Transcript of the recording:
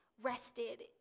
rested